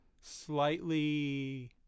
slightly